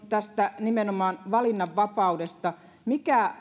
kysymys on nimenomaan valinnanvapaudesta mikä